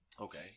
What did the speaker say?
Okay